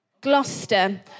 Gloucester